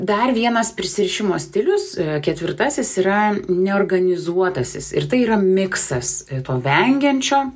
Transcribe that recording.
dar vienas prisirišimo stilius ketvirtasis yra neorganizuotasis ir tai yra miksas to vengiančio